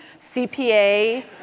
CPA